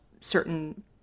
certain